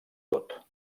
tot